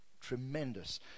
tremendous